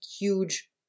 huge